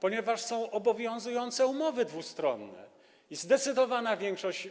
Ponieważ są obowiązujące umowy dwustronne i zdecydowana większość